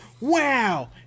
Wow